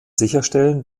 sicherstellen